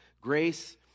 Grace